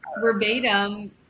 verbatim